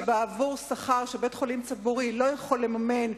שבעבור שכר שבית-חולים ציבורי לא יכול לממן,